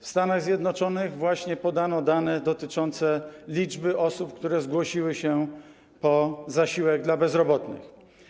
W Stanach Zjednoczonych właśnie podano dane dotyczące liczby osób, które zgłosiły się po zasiłek dla bezrobotnych.